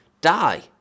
die